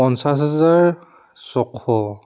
পঞ্চাছ হাজাৰ ছয়শ